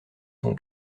son